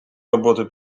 роботу